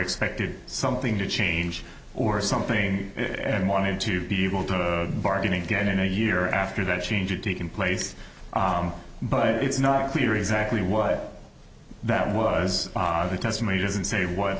expected something to change or something more needed to be able to bargain again in a year after that change it taken place but it's not clear exactly what that was the testimony doesn't say wh